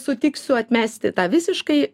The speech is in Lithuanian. sutiksiu atmesti tą visiškai